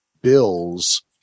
Bills